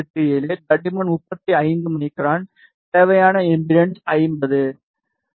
787 தடிமன் 35 மைக்ரான் தேவையான impedance 50 frequency 4